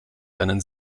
einen